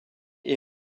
est